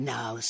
Now